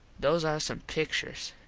those are some picturs.